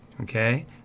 Okay